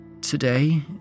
Today